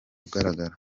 ugaragara